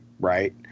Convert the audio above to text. right